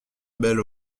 belle